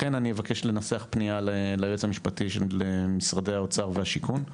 לכן אני אבקש לנסח פנייה ליועץ המשפטי למשרדי האוצר והשיכון,